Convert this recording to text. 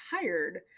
tired